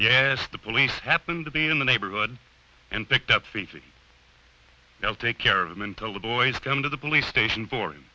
yes the police happened to be in the neighborhood and picked up fifty i'll take care of them until the boys come to the police station boring